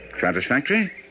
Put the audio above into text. Satisfactory